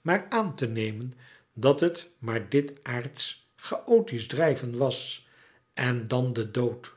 maar aan te nemen dat het maar dit aardsch chaotisch drijven was en dan de dood